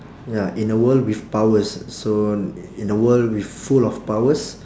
ya in a world with powers so in a world with full of powers